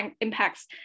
impacts